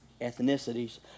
ethnicities